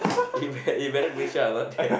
you better you better make sure I'm not there